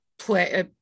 play